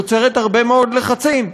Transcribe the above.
יוצרת הרבה מאוד לחצים.